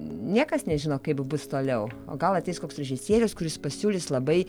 niekas nežino kaip bus toliau o gal ateis koks režisierius kuris pasiūlys labai